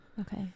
Okay